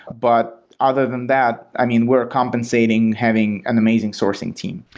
but other than that, i mean we're compensating having an amazing sourcing team.